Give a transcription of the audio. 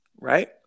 right